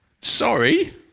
sorry